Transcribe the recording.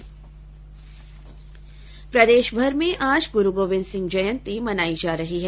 प्रदेशभर में आज गुरू गोविंद सिंह जयंती मनाई जा रही है